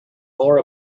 more